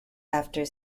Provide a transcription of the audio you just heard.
after